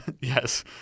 Yes